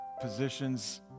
positions